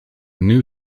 new